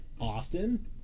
often